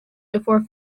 before